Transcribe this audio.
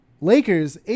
Lakers